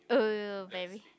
very